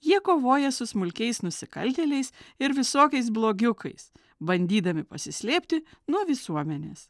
jie kovoja su smulkiais nusikaltėliais ir visokiais blogiukais bandydami pasislėpti nuo visuomenės